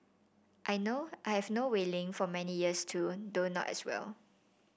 I know I have known Wei Ling for many years too though not as well